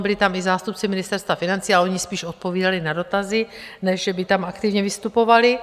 Byli tam i zástupci Ministerstva financí, ale oni spíš odpovídali na dotazy, ne že by tam aktivně vystupovali.